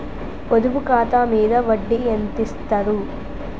పొదుపు ఖాతా మీద వడ్డీ ఎంతిస్తరు?